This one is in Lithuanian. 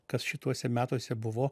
kas šituose metuose buvo